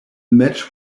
match